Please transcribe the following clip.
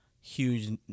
huge